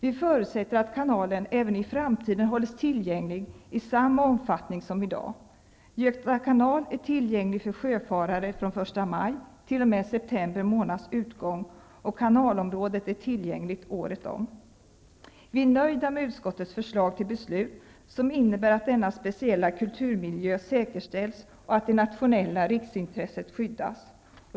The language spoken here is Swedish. Vi förutsätter att kanalen även i framtiden hålls tillgänglig i samma omfattning som i dag. Göta kanal är tillgänglig för sjöfarare från den 1 maj t.o.m. september månads utgång. Kanalområdet är tillgängligt året om. Vi är nöjda med utskottets förslag till beslut, som innebär att denna speciella kulturmiljö säkerställs och att det nationella riksintresset skyddas.